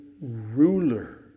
ruler